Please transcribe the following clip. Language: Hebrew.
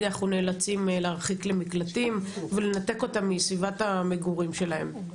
אנחנו נאלצים להרחיק למקלטים ולנתק אותם מסביבת המגורים שלהם.